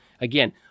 Again